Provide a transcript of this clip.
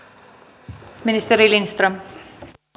arvoisa puhemies